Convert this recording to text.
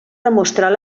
demostrar